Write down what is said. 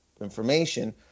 information